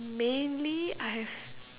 mainly I have